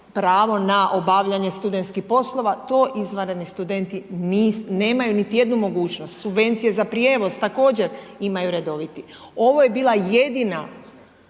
pravo na obavljanje studentskih poslova, to izvanredni studenti nemaju niti jednu mogućnost. Subvencije za prijevoz, također imaju redoviti. Ovo je bila jedina